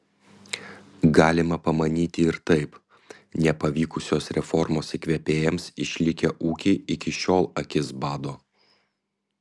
galima pamanyti ir taip nepavykusios reformos įkvėpėjams išlikę ūkiai iki šiol akis bado